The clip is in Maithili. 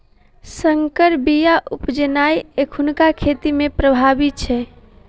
सँकर बीया उपजेनाइ एखुनका खेती मे प्रभावी छै